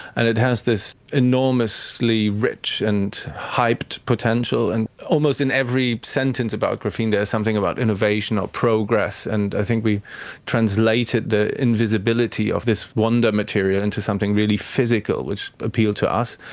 and it has this enormously rich and hyped potential. and almost in every sentence about graphene there is something about innovation or progress, and i think we translated the invisibility of this wonder material into something really physical, which appealed to us.